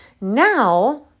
Now